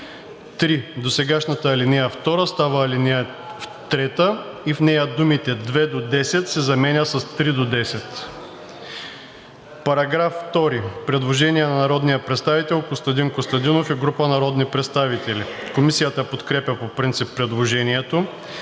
3. Досегашната ал. 2 става ал. 3 и в нея думите „две до десет“ се заменят с „три до десет“. По § 2 има предложение на народния представител Костадин Костадинов и група народни представители. Комисията подкрепя по принцип предложението.